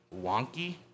wonky